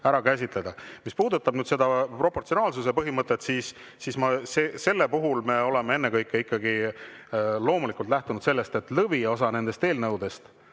ära käsitleda. Mis puudutab proportsionaalsuse põhimõtet, siis selle puhul me oleme ennekõike ikkagi loomulikult lähtunud sellest, et lõviosa nendest eelnõudest,